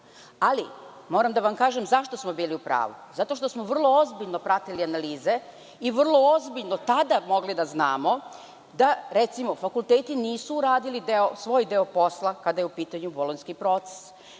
Moram da vam kažem zašto smo bili u pravu. Zato što smo vrlo ozbiljno pratili analize i vrlo ozbiljno tada mogli da znamo da recimo fakulteti nisu uradili svoj deo posla kada je u pitanju Bolonjski proces,